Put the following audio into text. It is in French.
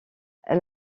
elle